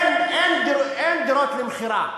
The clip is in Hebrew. אין דירות למכירה,